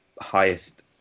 highest